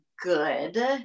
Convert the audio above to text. good